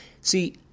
See